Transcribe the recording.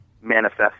manifest